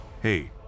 Hey